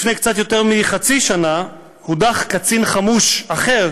לפני קצת יותר מחצי שנה הודח קצין חמוש אחר